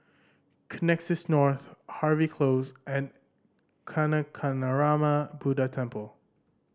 Connexis North Harvey Close and Kancanarama Buddha Temple